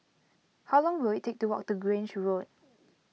how long will it take to walk to Grange Road